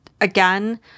again